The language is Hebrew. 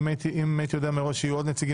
אם הייתי יודע מראש שיהיו עוד דוברים,